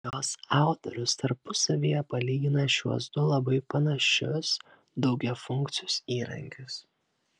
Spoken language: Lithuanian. jos autorius tarpusavyje palygina šiuos du labai panašius daugiafunkcius įrankius